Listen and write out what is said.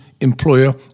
employer